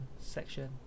section